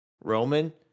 Roman